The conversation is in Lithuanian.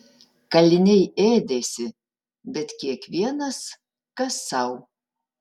kaliniai ėdėsi bet kiekvienas kas sau